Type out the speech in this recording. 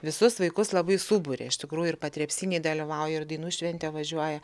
visus vaikus labai suburia iš tikrųjų ir patrepsynėj dalyvauja ir į dainų šventę važiuoja